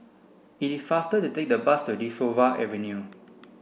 it is faster to take the bus to De Souza Avenue